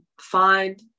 find